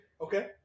Okay